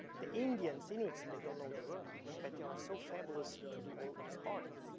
the indians, inuits, they don't know the word but they are so fabulous to do all these art.